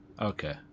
Okay